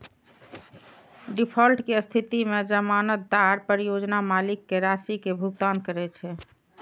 default के स्थिति मे जमानतदार परियोजना मालिक कें राशि के भुगतान करै छै